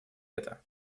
это